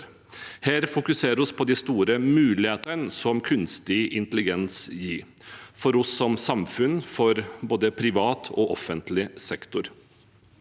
Her fokuserer vi på de store mulighetene som kunstig intelligens gir for oss som samfunn – for både privat og offentlig sektor.